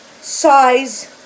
size